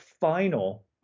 final